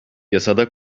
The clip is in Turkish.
yasada